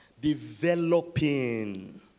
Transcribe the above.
Developing